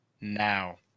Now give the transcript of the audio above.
now